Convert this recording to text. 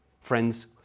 Friends